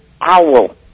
owl